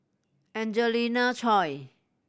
Angelina Choy